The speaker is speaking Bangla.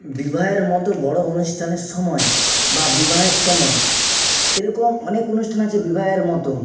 বিবাহের মতো বড়ো অনুষ্ঠানের সময় বা বিবাহের সময় এরকম অনেক অনুষ্ঠান আছে বিবাহের মতন